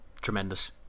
tremendous